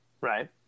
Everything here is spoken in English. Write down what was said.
Right